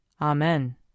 Amen